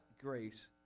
grace